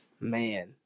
man